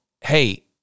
hey